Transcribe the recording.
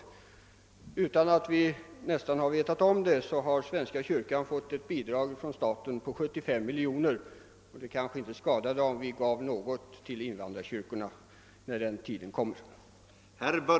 Nästan utan att vi har vetat om det har svenska kyrkan erhållit ett anslag från staten på 75 miljoner kronor. Det kanske inte skadade om vi gav något även till invandrarkyrkorna när den tiden kommer.